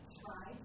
try